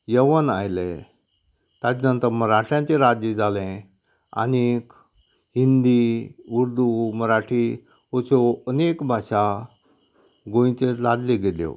यवन आयले ताचे नंतर मराठ्याचे राज्य जालें आनीक हिंदी उर्दू मराठी अश्यो अनेक भाशा गोंयचेर लादल्यो गेल्यो